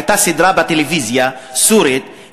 הייתה סדרה בטלוויזיה הסורית,